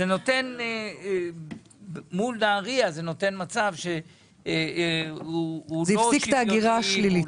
שזה נותן מול נהריה -- זה הפסיק את ההגירה השלילית.